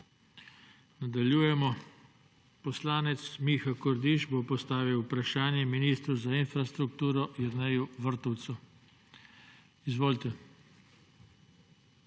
Nadaljujemo. Poslanec Miha Kordiš bo postavil vprašanje ministru za infrastrukturo Jerneju Vrtovcu. Izvolite.